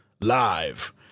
live